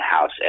house